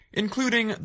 including